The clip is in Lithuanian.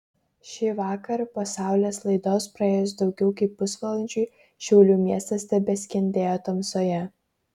šįvakar po saulės laidos praėjus daugiau kaip pusvalandžiui šiaulių miestas tebeskendėjo tamsoje